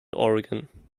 oregon